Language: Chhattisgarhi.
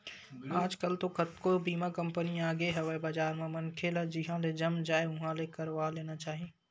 आजकल तो कतको बीमा कंपनी आगे हवय बजार म मनखे ल जिहाँ ले जम जाय उहाँ ले करवा लेना चाही